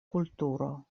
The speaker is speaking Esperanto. kulturo